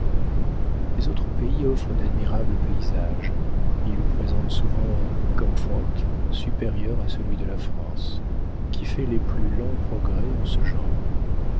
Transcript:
les autres pays offrent d'admirables paysages ils présentent souvent un comfort supérieur à celui de la france qui fait les plus lents progrès en ce genre